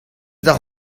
d’ar